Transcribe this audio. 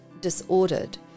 disordered